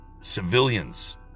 civilians